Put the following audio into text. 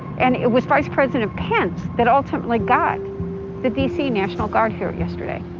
and was vice president pence that ultimately got the d c. national guard here yesterday.